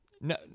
No